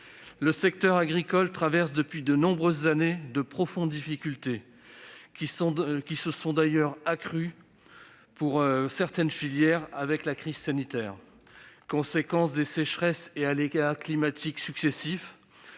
le secteur agricole traverse depuis de nombreuses années de profondes difficultés, qui se sont d'ailleurs accrues, pour certaines filières, avec la crise sanitaire : sécheresses et aléas climatiques répétés,